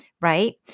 Right